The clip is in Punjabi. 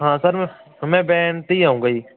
ਹਾਂ ਸਰ ਮੈਂ ਮੈਂ ਵੈਨ 'ਤੇ ਹੀ ਆਊਂਗਾ ਜੀ